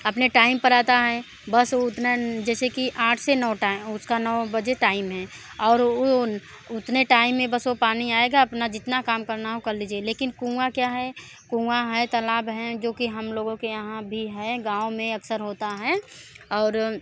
अपने टाइम पर आता हैं बस उतना जैसे कि आठ से नौ टाइ उसका नौ बजे टाइम है और उन उतने टाइम में बस वह पानी आएगा अपना जितना काम करना हो कर लीजिए लेकिन कुआँ क्या है कुआँ है तलाब हैं जो कि हम लोगों के यहाँ भी हैं गाँव में अक्सर होता हैं और